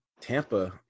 Tampa –